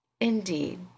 Indeed